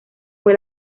fue